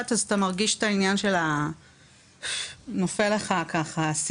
אתה מרגיש את העניין ונופל לך האסימון.